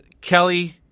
Kelly